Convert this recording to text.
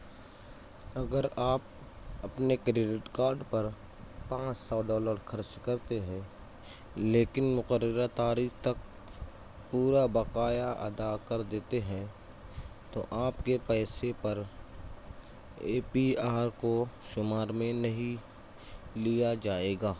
اگر آپ اپنے کریڈٹ کارڈ پر پانچ سو ڈالر خرچ کرتے ہیں لیکن مقررہ تاریخ تک پورا بقایا ادا کر دیتے ہیں تو آپ کے پیسے پر اے پی آر کو شمار میں نہیں لیا جائے گا